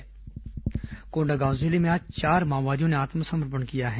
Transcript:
माओवादी आत्मसमर्पण कोंडागांव जिले में आज चार माओवादियों ने आत्मसमर्पण किया है